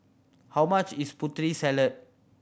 how much is Putri Salad